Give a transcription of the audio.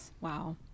wow